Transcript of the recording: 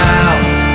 out